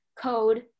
code